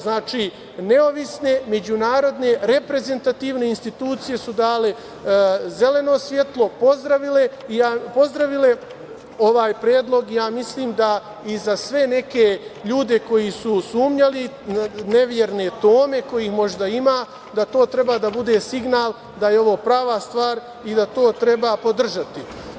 Znači, neovisne međunarodne reprezentativne institucije su dale zeleno svetlo, pozdravile ovaj predlog i ja mislim da i za sve neke ljude koji su sumnjali, neverne Tome, kojih možda ima, da to treba da bude signal da je ovo prava stvar i da to treba podržati.